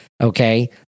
Okay